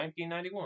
1991